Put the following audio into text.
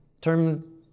Term